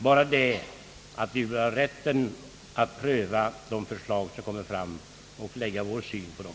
Det väsentliga är att vi vill ha rätten att pröva de förslag som kommer fram och ait lägga våra synpunkter på dem.